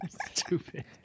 stupid